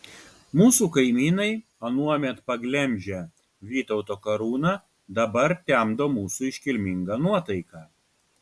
mūsų kaimynai anuomet paglemžę vytauto karūną dabar temdo mūsų iškilmingą nuotaiką